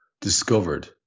discovered